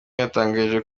yatangarije